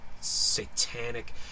satanic